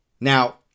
Now